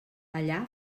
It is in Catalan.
allà